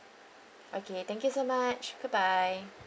okay thank you so much good bye